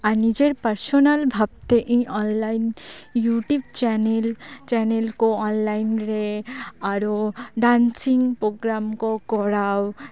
ᱟᱨ ᱱᱤᱡᱮᱨ ᱯᱟᱨᱥᱳᱱᱟᱞ ᱵᱷᱟᱽᱵᱛᱮ ᱤᱧ ᱚᱱᱞᱟᱭᱤᱱ ᱤᱭᱩᱴᱩᱵᱽ ᱪᱮᱱᱮᱞ ᱪᱮᱱᱮᱞ ᱠᱚ ᱚᱱᱞᱟᱭᱤᱱ ᱨᱮ ᱟᱨᱚ ᱰᱟᱱᱥᱤᱝ ᱯᱨᱳᱜᱨᱟᱢ ᱠᱚ ᱠᱚᱨᱟᱣ